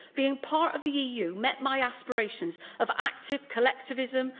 being part of the eu met my aspirations of active collectivism,